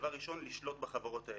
דבר ראשון לשלוט בחברות האלה,